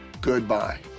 goodbye